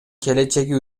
келечеги